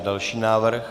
Další návrh.